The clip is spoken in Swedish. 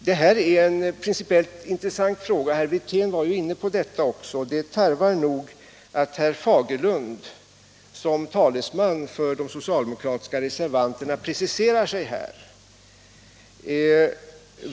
Frågan är principiellt intressant — herr Wirtén var inne på detta också — och tarvar nog att herr Fagerlund som talesman för de socialdemokratiska reservanterna preciserar sig.